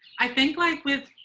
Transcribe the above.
i think, like with.